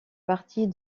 partie